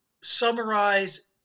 summarize